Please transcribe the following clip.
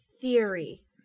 theory